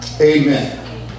amen